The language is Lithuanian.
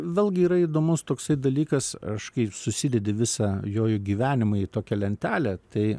vėlgi yra įdomus toksai dalykas aš kai susidedi visą jojo gyvenimą į tokią lentelę tai